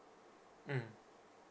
mm